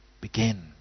begin